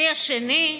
השיא השני,